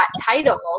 title